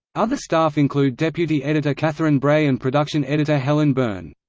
other staff include deputy editor catherine bray and production editor helen byrne.